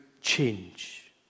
change